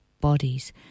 bodies